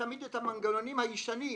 תמיד המנגנונים הישנים,